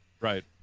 Right